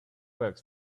works